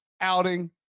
outing